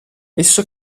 esso